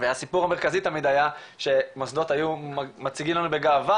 והסיפור המרכזי תמיד היה שמוסדות היו מציגים לנו בגאווה